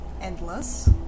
Endless